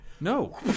No